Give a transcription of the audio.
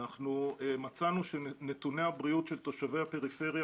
מצאנו שנתוני הבריאות של תושבי הפריפריה